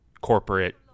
corporate